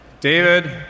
David